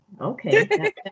Okay